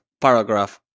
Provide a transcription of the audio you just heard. paragraph